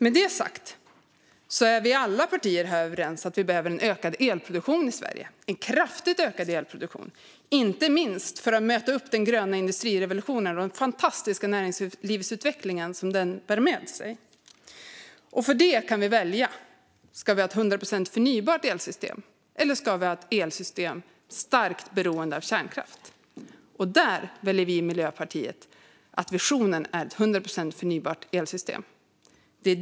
Med det sagt är alla partier här inne överens om att det behövs en kraftigt ökad elproduktion i Sverige, inte minst för att möta upp den gröna industrirevolutionen och den fantastiska näringslivsutveckling som den bär med sig. För detta kan vi välja om vi ska ha ett 100 procent förnybart elsystem eller ett elsystem som är starkt beroende av kärnkraft. Miljöpartiets vision är ett 100 procent förnybart elsystem.